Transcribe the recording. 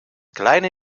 kleine